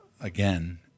again